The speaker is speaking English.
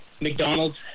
McDonald's